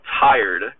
tired